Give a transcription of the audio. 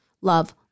love